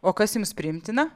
o kas jums priimtina